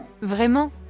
Vraiment